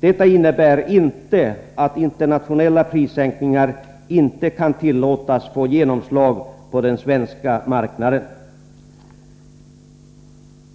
Detta innebär inte att internationella prissänkningar inte kan tillåtas få genomslag på den svenska marknaden.